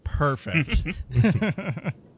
Perfect